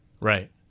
right